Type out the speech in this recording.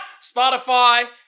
Spotify